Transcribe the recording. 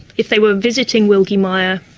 if they were visiting wilgie mia,